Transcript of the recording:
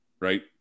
Right